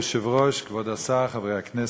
אדוני היושב-ראש, כבוד השר, חברי הכנסת,